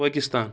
Pakistan